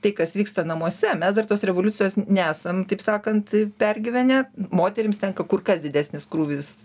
tai kas vyksta namuose mes dar tos revoliucijos nesam taip sakant pergyvenę moterims tenka kur kas didesnis krūvis